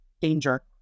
danger